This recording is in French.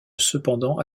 cependant